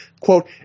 Quote